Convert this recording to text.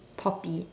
poppy